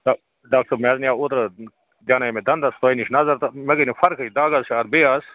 doctor صٲب مےٚ حظ نِیو اوترٕ دیٛانایے دَنٛدَس تۄہہِ نِش نظر تہٕ مےٚ گٔے نہ فرقٕے دَگ حظ چھِ اَتھ بیٚیہِ آز